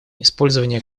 использование